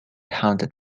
haunted